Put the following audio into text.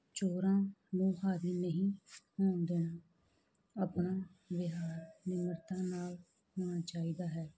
ਚੋਰਾਂ ਨੂੰ ਹਾਜ਼ਰ ਨਹੀਂ ਹੋਣ ਦੇਣਾ ਆਪਣਾ ਵਿਹਾਰ ਨਿਮਰਤਾ ਨਾਲ ਹੋਣਾ ਚਾਹੀਦਾ ਹੈ